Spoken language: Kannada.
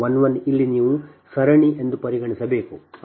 11 ಇಲ್ಲಿ ನೀವು ಸರಣಿ ಎಂದು ಪರಿಗಣಿಸಬೇಕು